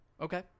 Okay